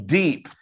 deep